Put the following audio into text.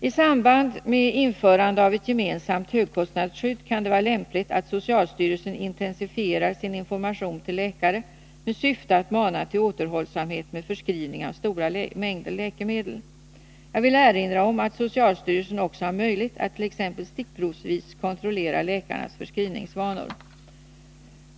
I samband med införandet av ett gemensamt högkostnadsskydd kan det vara lämpligt att socialstyrelsen intensifierar sin information till läkare med syfte att mana till återhållsamhet med förskrivning av stora mängder läkemedel. Jag vill erinra om att socialstyrelsen också har möjlighet att t.ex. stickprovsvis kontrollera läkarnas förskrivningsvanor.